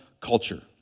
culture